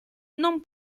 non